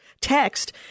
text